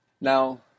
Now